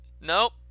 nope